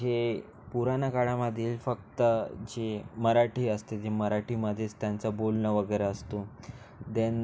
जे पुराण्या काळामधील फक्त जे मराठी असते जे मराठीमध्येस त्यांचं बोलणं वगैरे असतो देन